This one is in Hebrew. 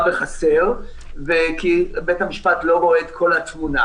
בחסר כי בית המשפט לא רואה את כל התמונה.